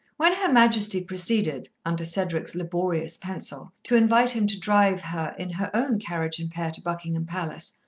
when her majesty proceeded, under cedric's laborious pencil, to invite him to drive her in her own carriage-and-pair, to buckingham palace,